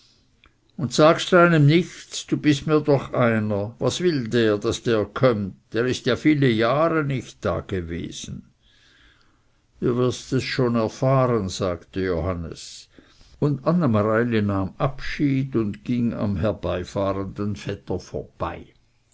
und sagst einem nichts du bist mir doch einer was will der daß der kömmt der ist ja viel jahr nie dagewesen du wirst es schon erfahren sagte johannes und anne mareili nahm abschied und ging am herbeifahrenden vetter vorbei